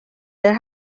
there